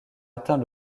atteint